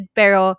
pero